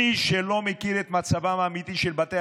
מי שלא מכיר את מצבם האמיתי של בתי